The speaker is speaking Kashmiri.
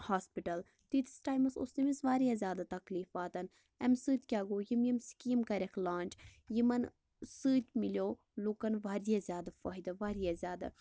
ہاسپِٹَل تیٖتِس ٹایمَس اوس تٔمِس واریاہ زیادٕ تَکلیٖف واتان اَمہِ سۭتۍ کیٛاہ گوٚو یم یم سِکیٖمہٕ کَرٮ۪کھ لانٛچ یمن سۭتۍ میلیو لُکَن واریاہ زیادٕ فایِدٕ واریاہ زیادٕ